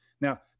Now